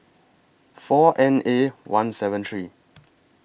four N A one seven three